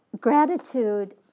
Gratitude